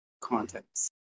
context